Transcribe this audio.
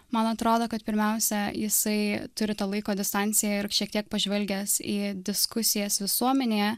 man atrodo kad pirmiausia jisai turi to laiko distanciją ir šiek tiek pažvelgęs į diskusijas visuomenėje